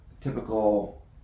typical